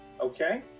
Okay